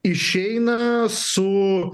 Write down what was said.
išeina su